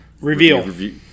reveal